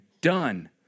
done